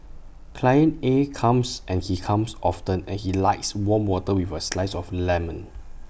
client A comes and he comes often and he likes warm water with A slice of lemon